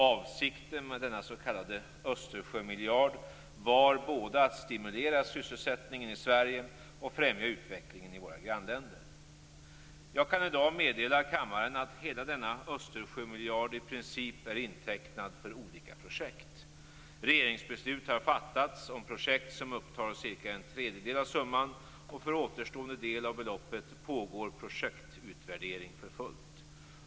Avsikten med denna s.k. Östersjömiljard var både att stimulera sysselsättningen i Sverige och att främja utvecklingen i våra grannländer. Jag kan i dag meddela kammaren att i princip hela denna Östersjömiljard är intecknad för olika projekt. Regeringsbeslut har fattats om projekt som upptar cirka en tredjedel av summan, och för återstående del av beloppet pågår projektutvärdering för fullt.